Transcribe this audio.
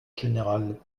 général